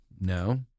No